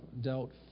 dealt